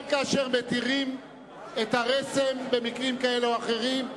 גם כאשר מתירים את הרסן במקרים כאלה או אחרים,